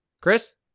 Chris